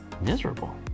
miserable